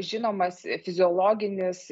žinomas fiziologinis